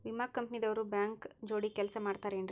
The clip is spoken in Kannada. ವಿಮಾ ಕಂಪನಿ ದವ್ರು ಬ್ಯಾಂಕ ಜೋಡಿ ಕೆಲ್ಸ ಮಾಡತಾರೆನ್ರಿ?